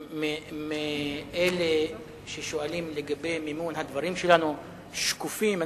למי מאלה ששואלים לגבי מימון, הדברים שלנו שקופים.